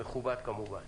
מכובד כמובן